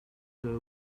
ago